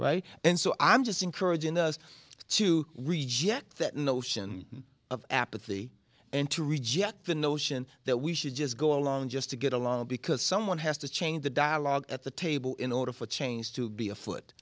this and so i'm just encouraging us to reject that notion of apathy and to reject the notion that we should just go along just to get along because someone has to change the dialogue at the table in order for a change to be afoot